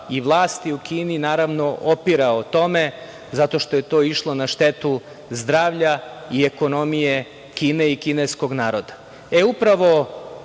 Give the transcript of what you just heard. i vlasti u Kini, naravno, opirao tome, zato što je to išlo na štetu zdravlja i ekonomije Kine i kineskog naroda. Upravo